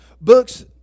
books